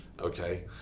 Okay